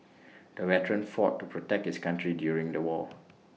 the veteran fought to protect his country during the war